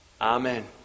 Amen